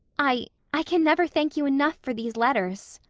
i i can never thank you enough for these letters.